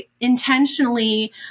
intentionally